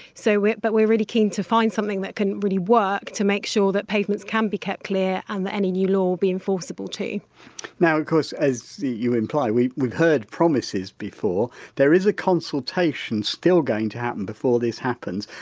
so, we're but we're really keen to find something that can really work to make sure that pavements can be kept clear and that any new law will be enforceable too now, of course, as you imply, we've we've heard promises before, there is a consultation still going to happen before this happens,